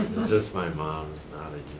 just my mums not a